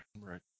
Right